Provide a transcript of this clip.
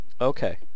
Okay